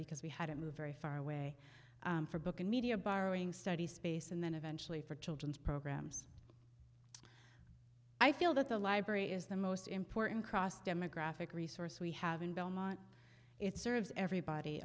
because we had to move very far away from book and media borrowing study space and then eventually for children's programs i feel that the library is the most important cross demographic resource we have in belmont it serves everybody